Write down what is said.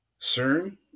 CERN